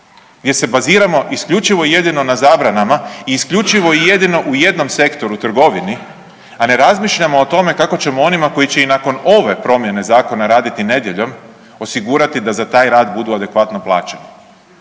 gdje se baziramo isključivo i jedino na zabrana i isključivo i jedino u jednom sektoru, trgovini a ne razmišljamo o onima koji će i nakon ove promjene zakona raditi nedjeljom, osigurati da za taj rad budu adekvatno plaćeni.